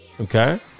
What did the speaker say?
Okay